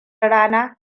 rana